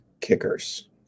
kickers